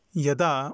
यदा